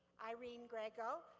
irene griego,